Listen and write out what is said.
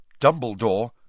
Dumbledore